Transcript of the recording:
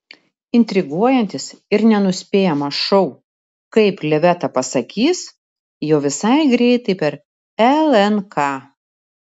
intriguojantis ir nenuspėjamas šou kaip liveta pasakys jau visai greitai per lnk